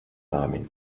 namen